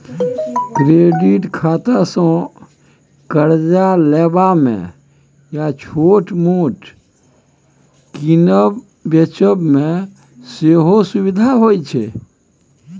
credit खातासँ करजा लेबा मे या छोट मोट कीनब बेचब मे सेहो सुभिता होइ छै